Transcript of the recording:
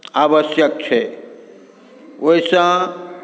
आवश्यक छै ओहिसँ